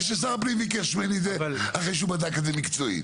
וששר פנים ביקש ממני את זה אחרי שהוא בדק את זה מקצועית.